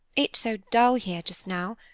it's so dull here just now.